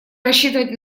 рассчитывать